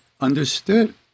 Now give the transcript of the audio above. understood